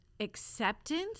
acceptance